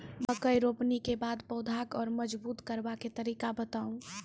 मकय रोपनी के बाद पौधाक जैर मजबूत करबा के तरीका बताऊ?